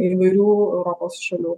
įvairių europos šalių